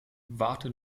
warte